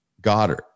Goddard